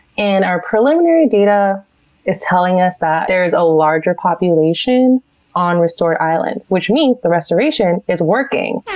and our preliminary data is telling us that there's a larger population on restored islands which means the restoration is working